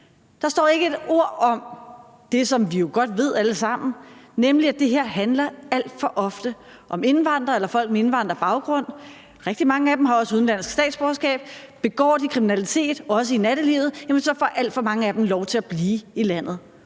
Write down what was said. Der står ikke et ord om det, som vi jo godt ved alle sammen, nemlig at det her alt for ofte handler om indvandrere eller folk med indvandrerbaggrund. Rigtig mange af dem har også udenlandsk statsborgerskab, og begår de kriminalitet, også i nattelivet, får alt for mange af dem lov til at blive i landet,